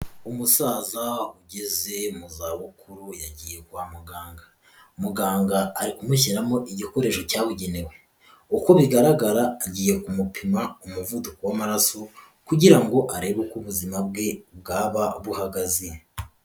Umusaza ugeze mu zabukuru yagiye kwa muganga. Muganga ari kumushyiramo igikoresho cyabugenewe. Uko bigaragara agiye kumupima umuvuduko w'amaraso kugira ngo arebe uko ubuzima bwe bwaba buhagaze.